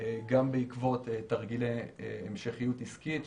גם בעקבות תרגילי המשכיות עסקית,